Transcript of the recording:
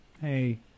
hey